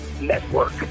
Network